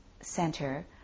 center